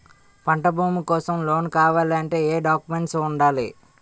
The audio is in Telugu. పంట భూమి కోసం లోన్ కావాలి అంటే ఏంటి డాక్యుమెంట్స్ ఉండాలి?